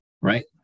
Right